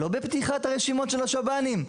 לא בפתיחת הרשימות של השב"נים,